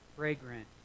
Fragrant